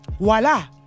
voila